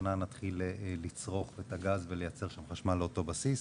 שנה נתחיל לצרוך את הגז ולייצר חשמל לאותו בסיס.